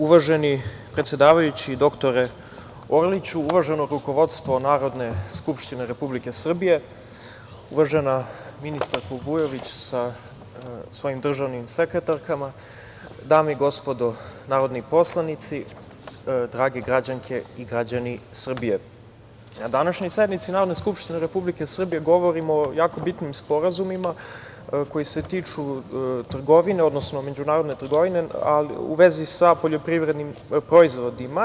Uvaženi predsedavajući dr Orliću, uvaženo rukovodstvo Narodne skupštine Republike Srbije, uvažena ministarko Vujović sa svojim državnim sekretarkama, dame i gospodo narodni poslanici, drage građanske i građani Srbije, na današnjoj sednici Narodne skupštine Republike Srbije govorimo o jako bitnim sporazumima koji se tiču trgovine, odnosno međunarodne trgovine u vezi sa poljoprivrednim proizvodima.